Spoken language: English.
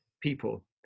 people